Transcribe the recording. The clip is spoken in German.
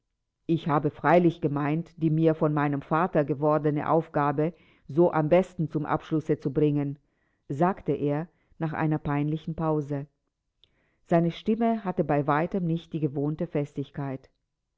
ich habe freilich gemeint die mir von meinem vater gewordene aufgabe so am besten zum abschlusse zu bringen sagte er nach einer peinlichen pause seine stimme hatte bei weitem nicht die gewohnte festigkeit